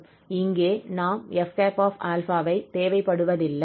இங்கே நாம் 𝑓̂𝛼 ஐ தேவைப்படுவதில்லை